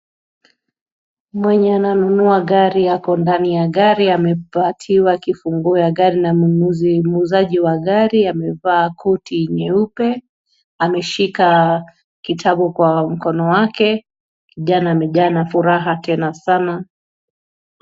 Mwenye ananunua gari ako ndani ya gari, amepatiwa kifunguo ya gari na mnunuzi muuzaji wa gari amevaa koti nyeupe, ameshika kitabu kwa mkono wake, kijana amejaa na furaha tena sana.